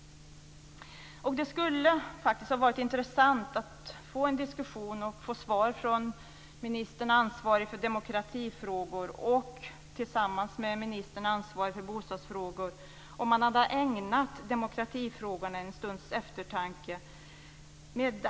Det skulle faktiskt ha varit intressant att få svar från ministern ansvarig för demokratifrågor tillsammans med ministern ansvarig för bostadsfrågor om de hade ägnat demokratifrågan en stunds eftertanke.